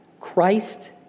Christ